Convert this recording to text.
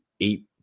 eight